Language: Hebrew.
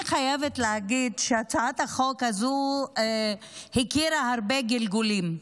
אני חייבת להגיד שהצעת החוק הזאת הכירה הרבה גלגולים.